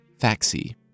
Faxi